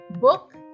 Book